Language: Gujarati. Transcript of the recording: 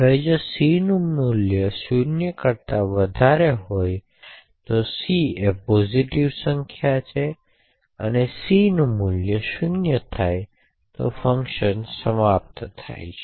હવે જો સી નું મૂલ્ય 0 કરતા વધારે હોય છે જો સી એ સકારાત્મક સંખ્યા છે તો સી નું મૂલ્ય 0 થાય છે અને ફંકશન સમાપ્ત થાય છે